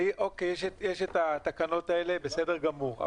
אוקיי, יש את התקנות האלה, בסדר גמור.